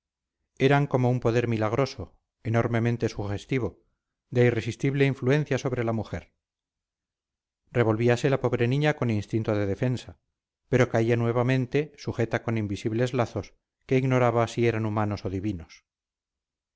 eran como un poder milagroso enormemente sugestivo de irresistible influencia sobre la mujer revolvíase la pobre niña con instinto de defensa pero caía nuevamente sujeta con invisibles lazos que ignoraba si eran humanos o divinos